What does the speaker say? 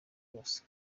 bose